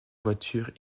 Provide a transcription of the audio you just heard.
voitures